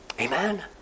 Amen